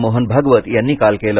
मोहन भागवत यांनी काल केलं